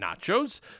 nachos